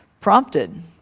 prompted